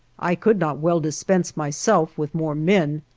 i could not well dispense, myself, with more men,